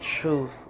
truth